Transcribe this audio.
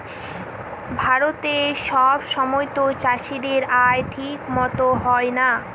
ভারতে সব সময়তো চাষীদের আয় ঠিক মতো হয় না